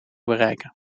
bereiken